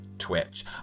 Twitch